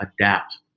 adapt